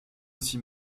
aussi